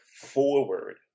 Forward